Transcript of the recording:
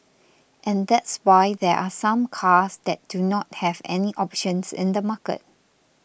and that's why there are some cars that do not have any options in the market